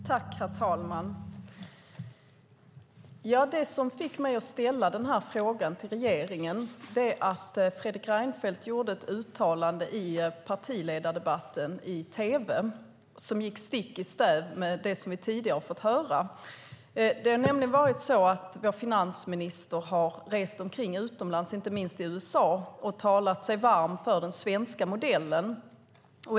Herr talman! Det som fick mig att ställa denna interpellation till regeringen är att Fredrik Reinfeldt gjorde ett uttalande i partiledardebatten i tv som gick stick i stäv med det som vi tidigare har fått höra. Det har nämligen varit så att vår finansminister har rest omkring utomlands, inte minst i USA, och talat sig varm för den svenska modellen.